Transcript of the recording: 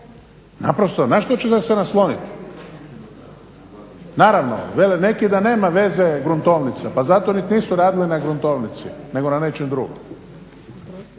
Naprosto na što ćete se naslonit, naravno vele neki da nema veze gruntovnica, pa zato nit nisu radili na gruntovnici nego na nečem drugom.